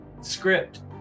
script